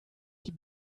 die